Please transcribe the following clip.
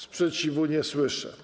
Sprzeciwu nie słyszę.